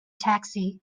taxi